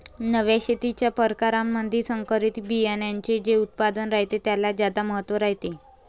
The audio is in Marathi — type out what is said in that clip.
नव्या शेतीच्या परकारामंधी संकरित बियान्याचे जे उत्पादन रायते त्याले ज्यादा महत्त्व रायते